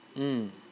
mm